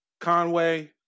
Conway